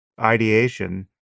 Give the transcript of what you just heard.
ideation